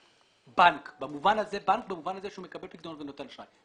בנק במובן הזה שהוא מקבל פיקדונות ונותן אשראי.